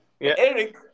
Eric